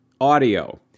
audio